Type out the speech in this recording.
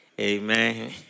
Amen